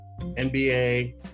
NBA